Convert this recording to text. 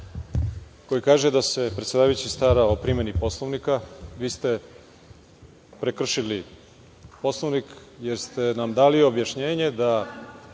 koji kaže da se predsedavajući stara o primeni Poslovnika. Vi ste prekršili Poslovnik, jer ste nam dali objašnjenje da